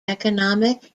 economic